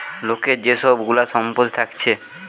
লোকের যে সব গুলা সম্পত্তি থাকছে